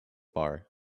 bar